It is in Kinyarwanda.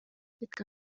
reka